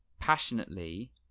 passionately